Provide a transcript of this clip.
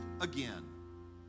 again